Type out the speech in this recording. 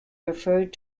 referred